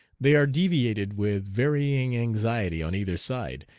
they are deviated with varying anxiety on either side,